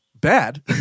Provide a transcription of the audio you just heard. bad